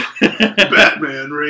Batman